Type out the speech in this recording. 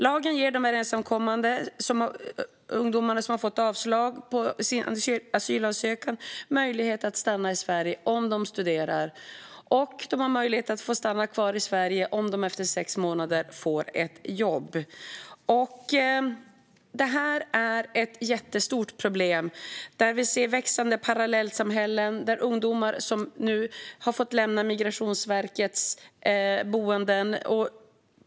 Lagen ger de ensamkommande ungdomar som har fått avslag på sin asylansökan möjlighet att stanna i Sverige om de studerar. De har möjlighet att få stanna kvar i Sverige om de efter sex månader får ett jobb. Det här är ett jättestort problem, där vi ser växande parallellsamhällen med ungdomar som nu har fått lämna Migrationsverkets boenden.